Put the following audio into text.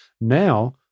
Now